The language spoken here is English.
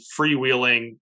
freewheeling